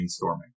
brainstorming